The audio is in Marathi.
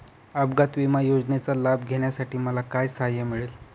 अपघात विमा योजनेचा लाभ घेण्यासाठी मला काय सहाय्य मिळेल?